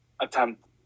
attempt